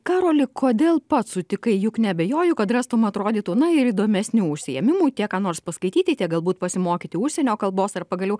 karoli kodėl pats sutikai juk neabejoju kad rastum atrodytų na ir įdomesnių užsiėmimų tiek ką nors paskaityti tiek galbūt pasimokyti užsienio kalbos ar pagaliau